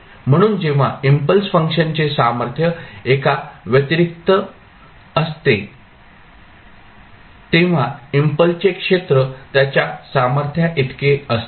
म्हणून जेव्हा इम्पल्स फंक्शनचे सामर्थ्य एका व्यतिरिक्त असते तेव्हा इम्पल्सचे क्षेत्र त्याच्या सामर्थ्याइतके असते